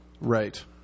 Right